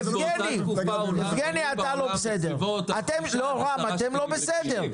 --- יבגני, רם, אתם לא בסדר.